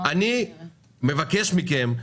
אני מבקש מכם,